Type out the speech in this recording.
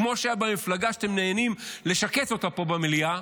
כמו שהיה במפלגה שאתם נהנים לשקץ אותה במליאה.